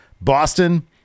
Boston